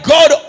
God